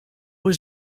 was